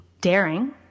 daring